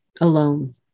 alone